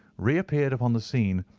reappeared upon the scene,